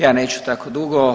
Ja neću tako dugo.